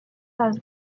als